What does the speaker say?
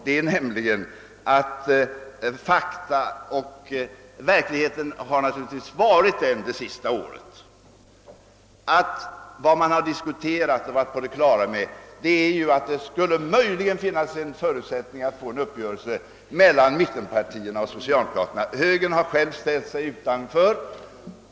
Vad man i verkligheten under det senaste året har diskuterat har naturligtvis varit om det skulle finnas förutsättningar att få till stånd en uppgörelse mellan mittenpartierna och socialdemokraterna. Högern har själv ställt sig utanför.